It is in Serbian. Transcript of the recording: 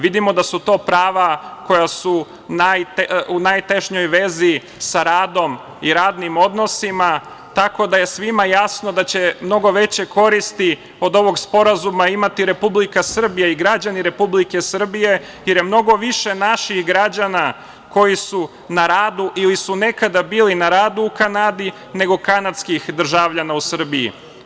Vidimo da su to prava koja su u najtešnjoj vezi sa radom i radnim odnosima, tako da je svima jasno da će mnogo veće koristi od ovog sporazuma imati Republika Srbija i građani Republike Srbije, jer je mnogo više naših građana koji su na radu ili su nekada bili na radu u Kanadi, nego kanadskih državljana u Srbiji.